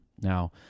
Now